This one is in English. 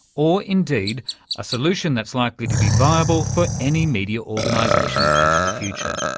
or indeed a solution that's likely to be viable for any media organisation into the future.